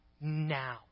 now